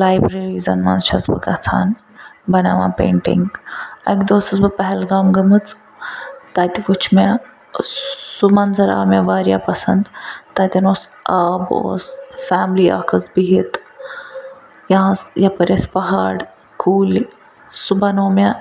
لایبرَریٖزَن مَنٛز چھَس بہٕ گَژھان بناوان پینٛٹِنٛگ اَکہِ دۄہ ٲسٕس بہٕ پہلگام گٔمٕژ تَتہِ وُچھ مےٚ سُہ مَنظَر آو مےٚ واریاہ پَسَنٛد تَتٮ۪ن اوس آب اوس فیملی اکھ ٲس بِہِتھ یہِ حظ یَپٲرۍ ٲسۍ پہاڑ کُلۍ سُہ بَنوٚو مےٚ